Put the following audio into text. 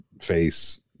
face